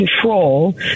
control